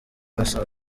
basaga